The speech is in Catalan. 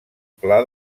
pla